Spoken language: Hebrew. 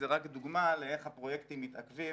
זה רק דוגמא לאיך הפרויקטים מתעכבים